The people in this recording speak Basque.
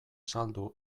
saldu